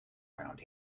around